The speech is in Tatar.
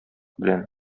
белән